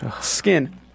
Skin